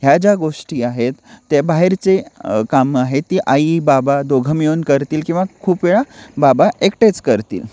ह्या ज्या गोष्टी आहेत त्या बाहेरचे कामं आहेत ती आई बाबा दोघं मिळून करतील किंवा खूप वेळा बाबा एकटेच करतील